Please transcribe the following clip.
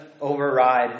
override